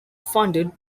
funded